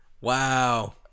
Wow